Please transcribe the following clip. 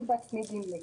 אני בעצמי גמלאית.